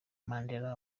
mandela